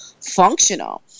functional